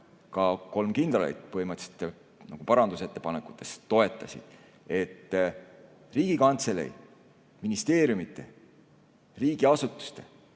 ka kolm kindralit põhimõtteliselt parandusettepanekus toetasid –, et Riigikantselei, ministeeriumide, üldse riigiasutuste